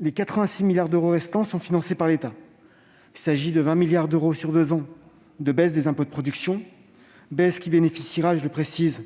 Les 86 milliards d'euros restants seront financés par l'État. Il s'agit de 20 milliards d'euros sur deux ans de baisse des impôts de production. Cette baisse bénéficiera- je le précise